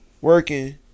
Working